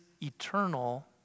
eternal